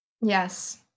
Yes